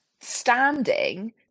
standing